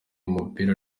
mupira